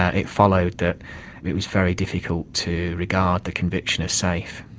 ah it followed that it was very difficult to regard the conviction as safe.